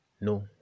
no